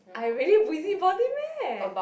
I really busybody meh